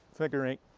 figure eight.